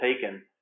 taken